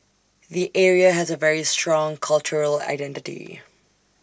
the area has A very strong cultural identity